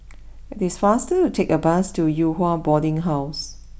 it's faster to take the bus to Yew Hua Boarding house